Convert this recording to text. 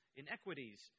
inequities